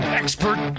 expert